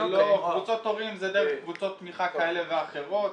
קבוצות הורים זה דרך קבוצות תמיכה כאלה ואחרות.